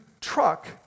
truck